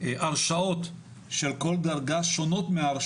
ההרשאות של כל דרגה שונות.